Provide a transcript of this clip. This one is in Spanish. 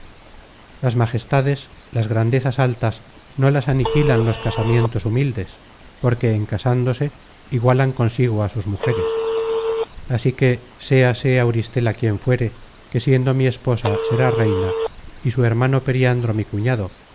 las majestades las grandezas altas no las aniquilan los casamientos humildes porque content from google book search generated at sail content from google book search generated at en casándose igualan consigo á sus mujeres así que séase auristela quien fuere que siendo mi esposa será reina y su hermano periandro mi cuñado